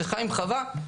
שחיים חווה,